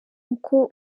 uko